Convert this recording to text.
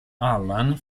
allan